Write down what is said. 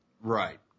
Right